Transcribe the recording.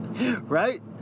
Right